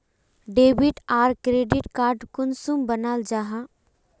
Debit or credit card कुंसम बनाल जाहा?